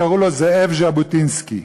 קראו לו זאב ז'בוטינסקי.